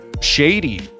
shady